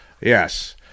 Yes